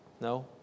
No